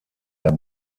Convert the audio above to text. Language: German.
der